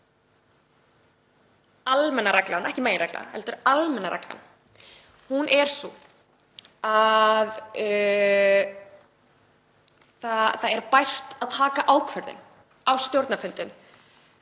Almenna reglan, ekki meginreglan heldur almenna reglan, er sú að það er bært að taka ákvörðun á stjórnarfundum